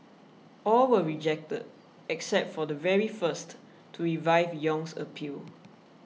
all were rejected except for the very first to revive Yong's appeal